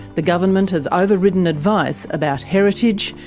the government has ah over-ridden advice about heritage,